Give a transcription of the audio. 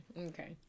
Okay